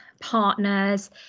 partners